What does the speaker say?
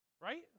right